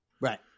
Right